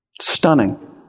Stunning